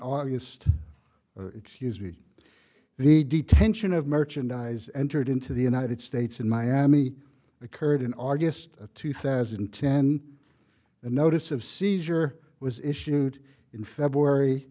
august excuse me the detention of merchandise entered into the united states in miami occurred in august of two thousand and ten the notice of seizure was issued in february